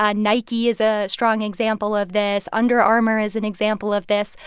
ah nike is a strong example of this. under armour is an example of this.